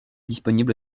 disponible